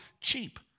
cheap